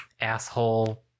asshole